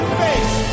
face